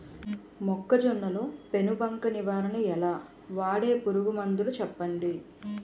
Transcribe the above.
మొక్కజొన్న లో పెను బంక నివారణ ఎలా? వాడే పురుగు మందులు చెప్పండి?